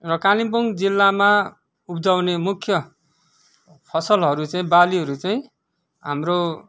र कालिम्पोङ जिल्लामा उब्जाउने मुख्य फसलहरू चाहिँ बालीहरू चाहिँ हाम्रो